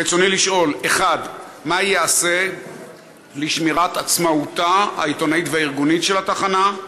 רצוני לשאול: 1. מה ייעשה לשמירת עצמאותה העיתונאית והארגונית של התחנה?